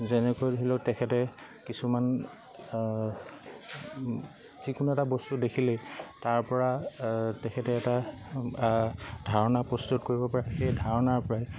যেনেকৈ ধৰি লওক তেখেতে কিছুমান যিকোনো এটা বস্তু দেখিলেই তাৰপৰা তেখেতে এটা ধাৰণা প্ৰস্তুত কৰিব পাৰে সেই ধাৰণাৰপৰাই